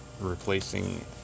replacing